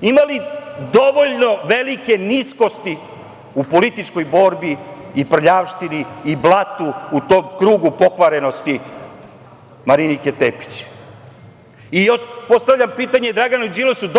Ima li dovoljno velike niskosti u političkoj borbi i prljavštini i blatu u tom krugu pokvarenosti Marinike Tepić? Postavljam pitanje Draganu Đilasu -